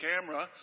camera